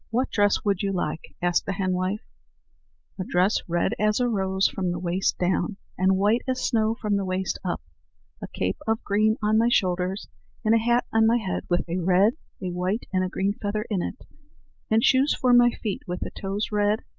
what dress would you like? asked the henwife. a dress red as a rose from the waist down, and white as snow from the waist up a cape of green on my shoulders and a hat on my head with a red, a white, and a green feather in it and shoes for my feet with the toes red,